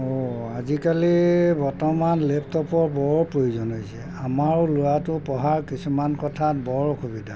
অ' আজিকালি বৰ্তমান লেপটপৰ বৰ প্ৰয়োজন হৈছে আমাৰ ল'ৰাটো পঢ়াৰ কিছুমান কথাত বৰ অসুবিধা